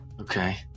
Okay